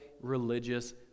religious